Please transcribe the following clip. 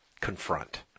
confront